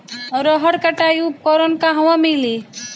रहर कटाई उपकरण कहवा मिली?